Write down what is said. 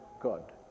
god